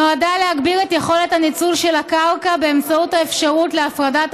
נועדה להגביר את יכולת הניצול של הקרקע באמצעות האפשרות להפרדת